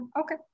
Okay